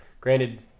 granted